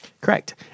Correct